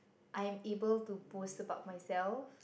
I'm able to boast about myself